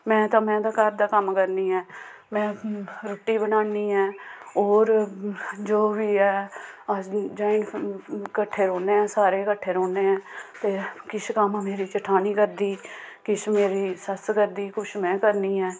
में ते में ते घर दा कम्म करनी ऐ में रुट्टी बनान्नी आं होर जो बी ऐ अस जाई कट्ठे रौह्न्ने आं सारे कट्ठे रौह्न्ने आं ते किश कम्म मेरी जठानी करदी किश मेरी सस्स करदी कुछ में करनी ऐ